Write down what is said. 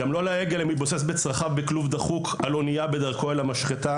גם לא לעגל המתבוסס בצרכיו בכלוב דחוק על אונייה בדרכו אל המשחטה.